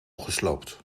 gesloopt